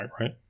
right